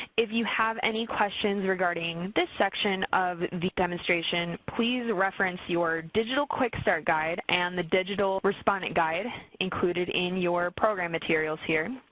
if you have any questions regarding this section of the demonstration please reference your digital quickstart guide and the digital respondent guide included in your program materials here,